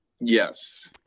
Yes